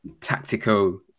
tactical